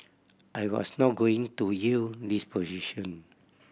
I was not going to yield this position